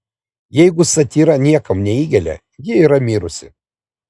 jeigu satyra niekam neįgelia ji yra mirusi